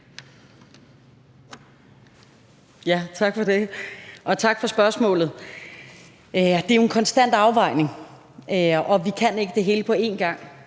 Tak for det, og tak for spørgsmålet. Det er jo en konstant afvejning, og vi kan ikke det hele på en gang.